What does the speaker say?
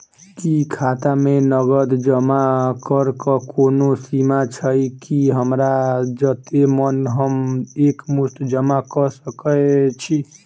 की खाता मे नगद जमा करऽ कऽ कोनो सीमा छई, की हमरा जत्ते मन हम एक मुस्त जमा कऽ सकय छी?